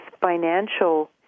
financial